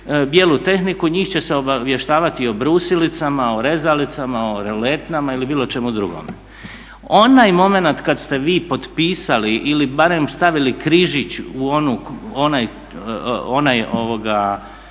bijelu tehniku njih će se obavještavati o brusilicama, o rezalicama, o roletnama ili bilo čemu drugome. Onaj momenat kada ste potpisali ili barem stavili križić u onaj prostor